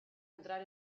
entrar